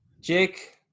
Jake